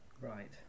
Right